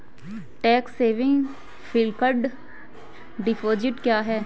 Tax saving fixed deposit क्या है?